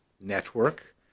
Network